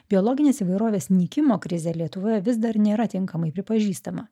biologinės įvairovės nykimo krizė lietuvoje vis dar nėra tinkamai pripažįstama